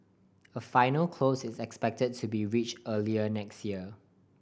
a final close is expected to be reach early next year